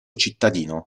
cittadino